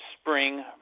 spring